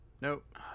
Nope